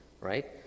right